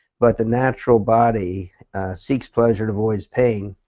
but the natural body seeks pleasure. avoids pain.